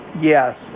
yes